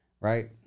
Right